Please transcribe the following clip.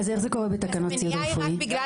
המניעה רק כי אין